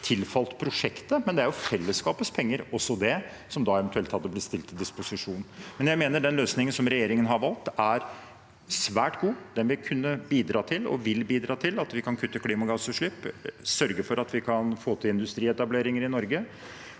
tilfalt prosjektet, men det er jo også fellesskapets penger som da eventuelt hadde blitt stilt til disposisjon. Jeg mener den løsningen regjeringen har valgt, er svært god. Den kan og vil bidra til at vi kan kutte klimagassutslipp, sørge for at vi kan få til industrietableringer i Norge,